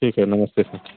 ठीक है नमस्ते सर